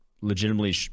legitimately